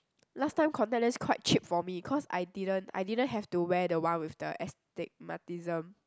last time contact lens quite cheap for me cause I didn't I didn't have to wear the one with the astigmatism